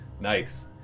Nice